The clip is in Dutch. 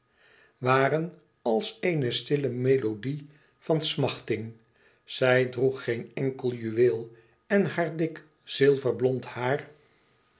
waren als eene stille melodie van smachting zij droeg geen enkel juweel en haar dik zilverblond haar